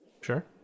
Sure